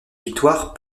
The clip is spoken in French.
victoires